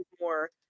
more